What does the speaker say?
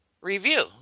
review